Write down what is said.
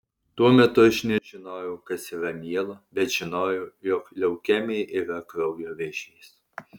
tuo metu aš nežinojau kas yra mielo bet žinojau jog leukemija yra kraujo vėžys